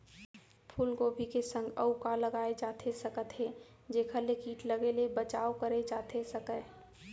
फूलगोभी के संग अऊ का लगाए जाथे सकत हे जेखर ले किट लगे ले बचाव करे जाथे सकय?